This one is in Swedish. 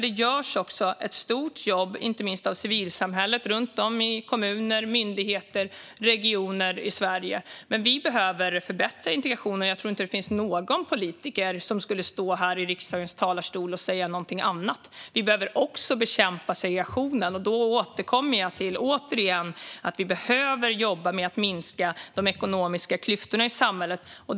Det görs också ett stort jobb inte minst av civilsamhället runt om i kommuner, myndigheter och regioner i Sverige, men vi behöver förbättra integrationen. Jag tror inte att det finns någon politiker som skulle stå här i riksdagens talarstol och säga någonting annat. Vi behöver också bekämpa segregationen, och där återkommer jag återigen till att vi behöver jobba med att minska de ekonomiska klyftorna i samhället.